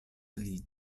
ligo